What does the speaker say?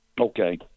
Okay